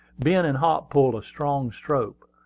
ben and hop pulled a strong stroke,